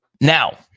Now